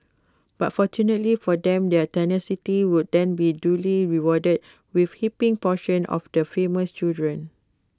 but fortunately for them their tenacity would then be duly rewarded with heaping portions of the famous true dream